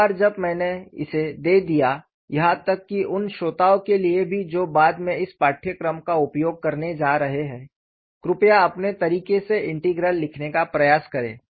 एक बार जब मैंने इसे दे दिया यहां तक कि उन श्रोताओं के लिए भी जो बाद में इस पाठ्यक्रम का उपयोग करने जा रहे हैं कृपया अपने तरीके से इंटीग्रल लिखने का प्रयास करें